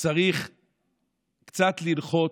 צריך קצת לנחות,